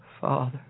Father